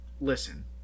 listen